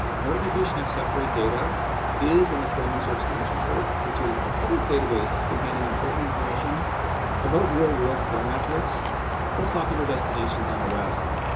notification accept rate data is in the chrome user experience report, which is a public database containing important information about real-world chrome metrics metrics for popular destinations on the web.